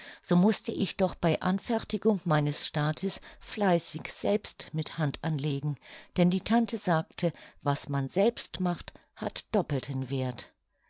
so mußte ich doch bei anfertigung meines staates fleißig selbst mit hand anlegen denn die tante sagte was man selbst macht hat doppelten werth